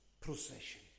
procession